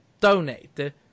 donate